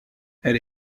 elle